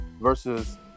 versus